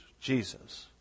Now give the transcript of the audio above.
Jesus